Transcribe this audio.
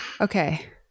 Okay